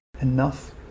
enough